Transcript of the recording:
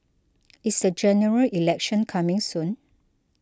is the General Election coming soon